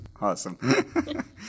Awesome